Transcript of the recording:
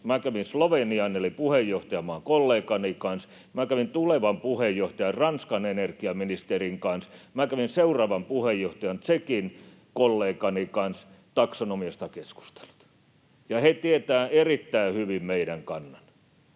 Slovenian eli puheenjohtajamaan kollegani kanssa, minä kävin tulevan puheenjohtajan Ranskan energiaministerin kanssa, minä kävin seuraavan puheenjohtajan Tšekin kollegani kanssa, ja he tietävät erittäin hyvin meidän kantamme.